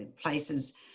places